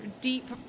deep